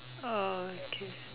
orh okay